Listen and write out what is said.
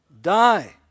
die